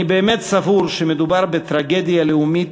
אני באמת סבור שמדובר בטרגדיה לאומית,